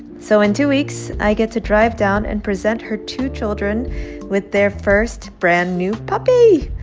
so in two weeks, i get to drive down and present her two children with their first brand-new puppy.